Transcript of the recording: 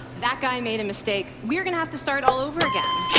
that guy made a mistake. we are going to have to start all over again.